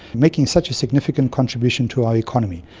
making such a significant contribution to our economy.